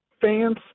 fans